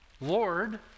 Lord